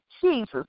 Jesus